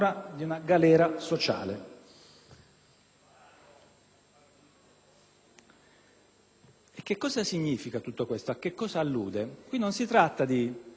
sociale. Cosa significa tutto questo e a cosa allude? Qui non si tratta di cattiveria o di bontà; ci può essere anche questo, ma riguarda le singole persone.